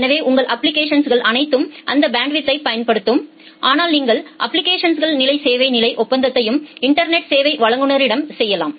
எனவே உங்கள் அப்ப்ளிகேஷன்ஸ் அனைத்தும் அந்த பேண்ட்வித்யைப் பயன்படுத்தும் ஆனால் நீங்கள் அப்ளிகேஷன்கள் நிலை சேவை நிலை ஒப்பந்தத்தையும் இன்டர்நெட் சேவை வழங்குநரிடம் செய்யலாம்